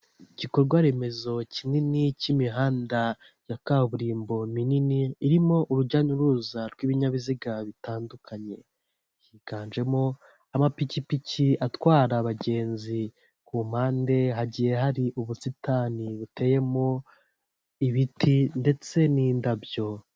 Igikorwaremezo kinini k'imihanda ya kaburimbo minini, irimo urujya n'uruza rw'ibinyabiziga bitandukanye, higanjemo amapikipiki atwara abagenzi, ku mpande hagiye hari ubusitani buteyemo ibiti ndetse n'indabyo.